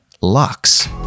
Lux